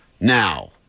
now